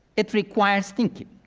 it requires thinking.